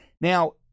now